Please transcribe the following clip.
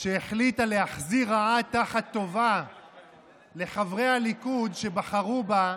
שהחליטה להחזיר רעה תחת טובה לחברי הליכוד שבחרו בה,